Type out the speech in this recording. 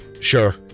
Sure